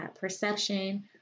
perception